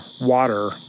water